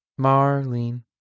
Marlene